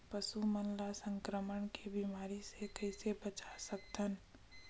पशु मन ला संक्रमण के बीमारी से कइसे बचा सकथन?